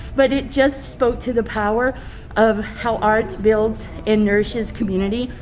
but it just spoke to the power of how art builds and nourishes community.